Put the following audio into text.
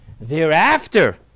Thereafter